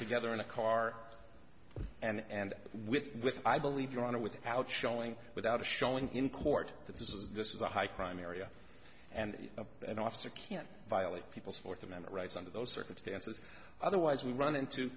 together in a car and with with i believe your honor without showing without a showing in court that this was a high crime area and an officer can violate people's fourth amendment rights under those circumstances otherwise we run into